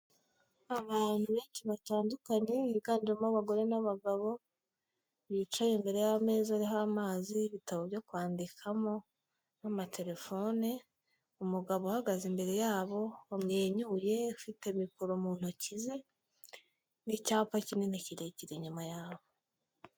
Abantu benshi batandukanye biganjemo abagore n'abagabo, bicaye imbere y'ameza ariho amazi n'ibitabo byo kwandikamo n'amaterefone, umugabo uhagaze imbere yabo, wamwenyuye, ufite mikoro mu ntoki ze n'icyapa kinini kirekire inyuma yabo.